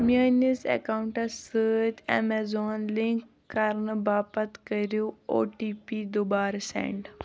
میٲنِس اٮ۪کاونٹَس سۭتۍ اٮ۪مٮ۪زان لِنک کرنہٕ باپتھ کٔرِو او ٹی پی دُبارٕ سٮ۪نٛڈ